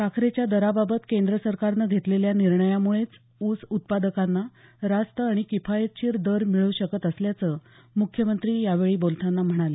साखरेच्या दराबाबत केंद्र सरकारनं घेतलेल्या निर्णयामुळेच ऊस उत्पादकांना रास्त आणि किफायतशीर दर मिळू शकत असल्याचं मुख्यमंत्री म्हणाले